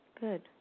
Good